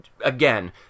again